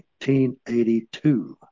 1982